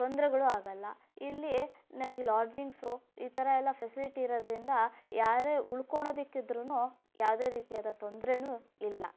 ತೊಂದರೆಗಳು ಆಗೋಲ್ಲ ಇಲ್ಲಿ ನಮಗೆ ಲಾಡ್ಜಿಂಗ್ಸು ಈ ಥರ ಎಲ್ಲ ಫೆಸಿಲಿಟಿ ಇರೋದ್ರಿಂದ ಯಾರೇ ಉಳ್ಕೊಳೋದಕ್ಕಿದ್ರು ಯಾವುದೇ ರೀತಿಯಾದ ತೊಂದ್ರೆಯೂ ಇಲ್ಲ